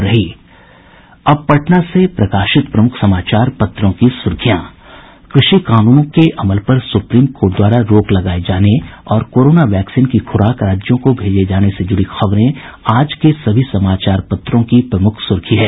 अब पटना से प्रकाशित प्रमुख समाचार पत्रों की सुर्खियां कृषि कानूनों के अमल पर सुप्रीम कोर्ट द्वारा रोक लगाये जाने और कोरोना वैक्सीन की खुराक राज्यों को भेजे जाने से जुड़ी खबरें आज के सभी समाचार पत्रों की प्रमुख सुर्खी है